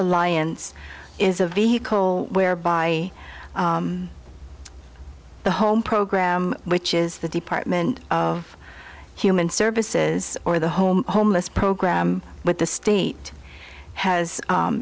alliance is a vehicle whereby the home program which is the department of human services or the home homeless program but the state has